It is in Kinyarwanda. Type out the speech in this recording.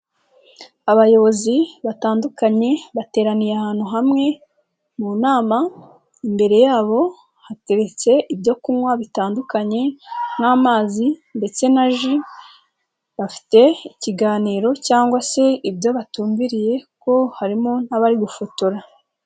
Abayobozi batandukanye bateraniye ahantu hamwe mu nama, imbere yabo hateretse ibyo kunywa bitandukanye nk'amazi ndetse na ji, bafite ikiganiro cyangwa se ibyo batumbiriyeho harimo nk'abari gufotora.